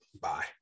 Bye